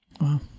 Wow